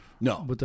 No